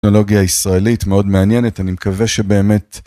טכנולוגיה ישראלית מאוד מעניינת, אני מקווה שבאמת